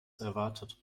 erwartet